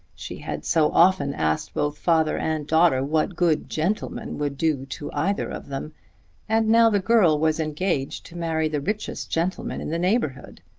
she had so often asked both father and daughter what good gentlemen would do to either of them and now the girl was engaged to marry the richest gentleman in the neighbourhood!